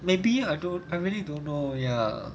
maybe I don't I really don't know ya